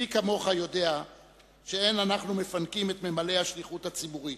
מי כמוך יודע שאין אנחנו מפנקים את ממלאי השליחות הציבורית.